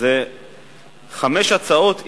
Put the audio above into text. זה חמש הצעות אי-אמון,